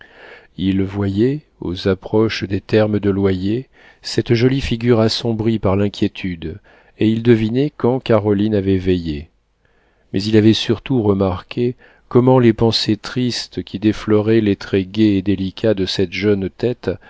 il voyait aux approches des termes de loyer cette jolie figure assombrie par l'inquiétude et il devinait quand caroline avait veillé mais il avait surtout remarqué comment les pensées tristes qui défloraient les traits gais et délicats de cette jeune tête